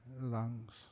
lungs